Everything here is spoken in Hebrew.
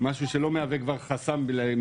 מקדמית לגבי